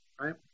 right